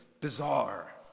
bizarre